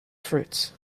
fruits